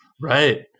right